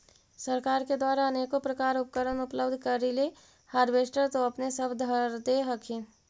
सरकार के द्वारा अनेको प्रकार उपकरण उपलब्ध करिले हारबेसटर तो अपने सब धरदे हखिन?